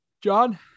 John